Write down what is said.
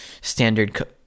standard